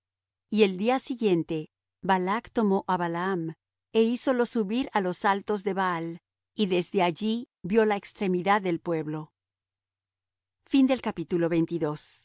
y el día siguiente balac tomó á balaam é hízolo subir á los altos de baal y desde allí vió la extremidad del pueblo